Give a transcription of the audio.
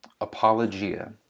Apologia